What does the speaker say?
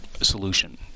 solution